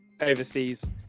overseas